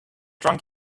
drunk